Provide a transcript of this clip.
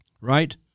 Right